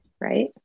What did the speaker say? Right